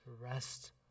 rest